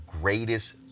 greatest